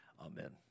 amen